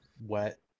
wet